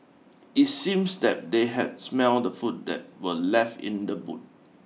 it seems that they had smelt the food that were left in the boot